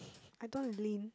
I don't want to lean